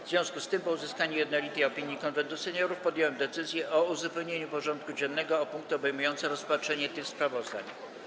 W związku z tym, po uzyskaniu jednolitej opinii Konwentu Seniorów, podjąłem decyzję o uzupełnieniu porządku dziennego o punkty obejmujące rozpatrzenie tych sprawozdań.